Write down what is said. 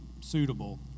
suitable